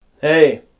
Hey